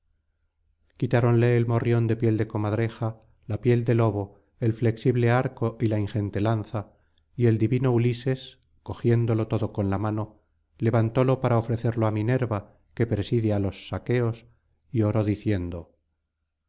quitáronle el morrión de piel de comadreja la piel de lobo el flexible arco y la ingente lanza y el divino ulises cogiéndolo todo con la mano levantólo para ofrecerlo á mínenla que preside á los saqueos y oró diciendo